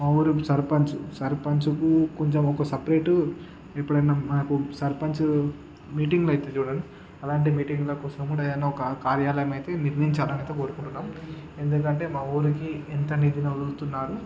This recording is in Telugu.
మా ఊరి సర్పంచ్ సర్పంచ్కు కొంచెం ఒక సపరేటు ఎప్పుడైనా మనకు సర్పంచ్ మీటింగ్లయితాయి చూడండి అలాంటి మీటింగ్ల కోసము ఏదైనా కార్యాలయం అయితే నిర్మించాలనయితే కోరుకుంటున్నాం ఎందుకంటే మా ఊరికి ఎంత నీటిని వదులుతున్నారు